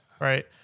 Right